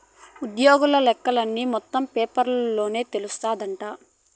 ఉజ్జోగుల లెక్కలన్నీ మొత్తం పేరోల్ల తెలస్తాందంటగా